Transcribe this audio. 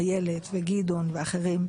איילת וגדעון ואחרים,